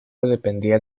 dependía